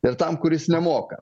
ir tam kuris nemoka